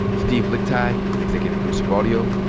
steve lickteig is executive producer of audio.